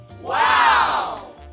Wow